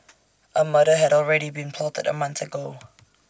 A murder had already been plotted A month ago